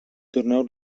torneu